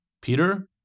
Peter